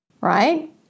right